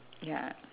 ya